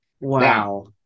Wow